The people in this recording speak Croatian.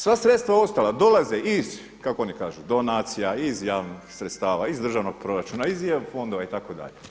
Sva sredstva ostala dolaze iz kako oni kažu donacija, iz javnih sredstava, iz državnog proračuna, iz EU fondova itd.